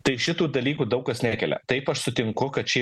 tai šitų dalykų daug kas nekelia taip aš sutinku kad čia